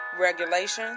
Regulations